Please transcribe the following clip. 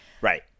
right